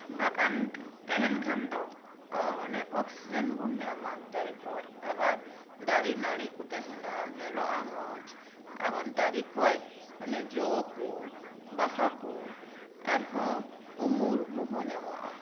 ᱵᱟᱜᱟᱱ ᱛᱟᱸᱦᱮᱱ ᱠᱷᱟᱱ ᱫᱚ ᱢᱟᱱᱮ ᱚᱠᱥᱤᱡᱮᱱ ᱵᱚᱱ ᱧᱟᱢᱟ ᱫᱟᱨᱮ ᱠᱷᱚᱡ ᱟᱵᱟᱨ ᱫᱟᱨᱮ ᱱᱟᱹᱲᱤ ᱠᱚᱛᱮ ᱦᱮᱱᱟᱜᱼᱟ ᱧᱮᱞᱚᱜᱼᱟ ᱢᱚᱸᱡ ᱫᱟᱨᱮ ᱠᱷᱚᱡ ᱚᱱᱮ ᱡᱚ ᱠᱩ ᱵᱟᱦᱟ ᱠᱩ ᱟᱨᱦᱚᱸ ᱩᱢᱩᱞ ᱠᱚᱦᱚᱸ ᱧᱟᱢᱚᱜᱼᱟ